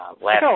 last